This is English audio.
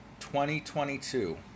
2022